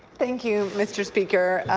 thank you mr. speaker.